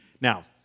Now